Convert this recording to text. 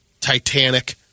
Titanic